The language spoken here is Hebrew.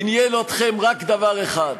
עניין אתכם רק דבר אחד,